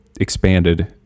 expanded